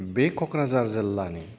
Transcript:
बे क'क्राझार जिल्लानि